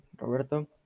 Roberto